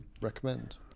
recommend